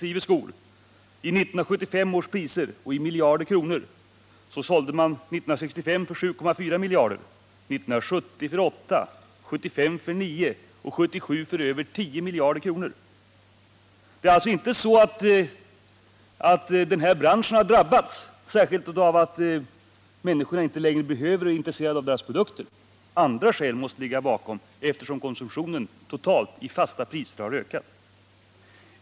skor finner man att vi år 1965 — räknat i 1975 års priser — sålde för 7,4 miljarder, år 1970 för 8 miljarder, 1975 för 9 miljarder och 1977 för över 10 miljarder kronor. Det är alltså inte så att branschen drabbats särskilt av att människorna inte längre behöver eller är intresserade av branschens produkter. Andra skäl måste ligga bakom, eftersom konsumtionen totalt i fasta priser har ökat.